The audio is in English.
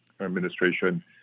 administration